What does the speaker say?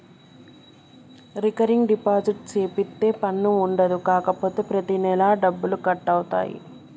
recurring deposit సేపిత్తే పన్ను ఉండదు కాపోతే ప్రతి నెలా డబ్బులు కట్ అవుతాయి